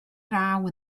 raw